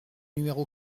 numéro